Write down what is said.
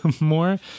more